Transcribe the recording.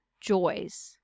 joys